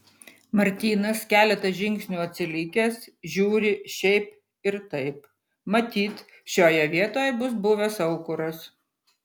martynas keletą žingsnių atsilikęs žiūri šiaip ir taip matyt šioje vietoje bus buvęs aukuras